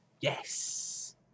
yes